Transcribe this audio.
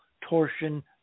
torsion